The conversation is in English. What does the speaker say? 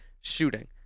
shooting